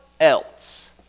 else